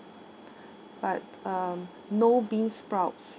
but um no beansprouts